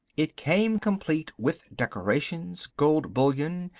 it came complete with decorations, gold bullion,